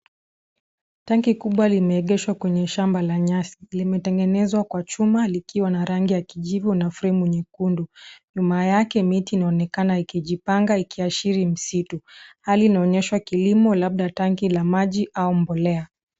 Tangi kubwa limeegeshwa kwenye shamba la nyasi. Limetengenezwa kwa chuma likiwa na ragi ya kijivu na fremu nyekundu. Nyuma yake miti inaonekana ikijipanga ikiashiri msitu. Hali inaonyesha kilimo labda tangi la maji au mbolea.